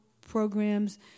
programs